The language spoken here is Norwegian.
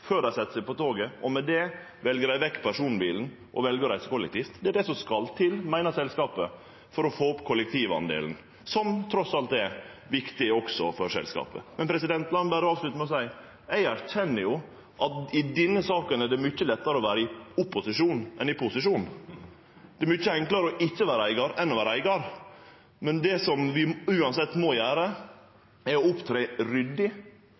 før dei set seg på toget – og med det vel dei vekk personbilen og vel å reise kollektivt. Det er det som skal til, meiner selskapet, for å få opp kollektivdelen, som trass i alt også er viktig for selskapet. La meg berre avslutte med å seie at eg erkjenner at det i denne saka er mykje lettare å vere i opposisjon enn i posisjon. Det er mykje enklare å ikkje vere eigar enn å vere eigar. Men det vi uansett må gjere, er å opptre ryddig